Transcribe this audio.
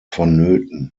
vonnöten